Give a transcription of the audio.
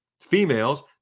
females